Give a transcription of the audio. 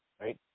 right